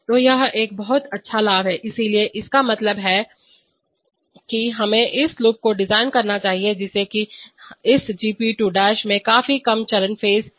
तो यह एक बहुत अच्छा लाभ है इसलिए इसका मतलब है कि हमें इस लूप को डिजाइन करना चाहिए जैसे कि इस Gp2 में काफी कम चरण हैं